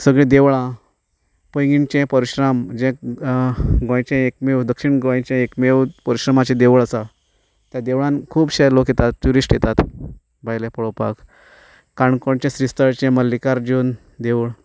सगलीं देवळां पैंगीणचें पर्शुराम गोंयचें एकमेव दक्षीण गोंयचें एकमेव पर्शुरामाचें देवूळ आसा त्या देवळांत खुबशे लोक येतात ट्युरिस्ट येतात भायले पळोवपाक काणकोणचें श्रीस्थळचें मल्लीकार्जून देवूळ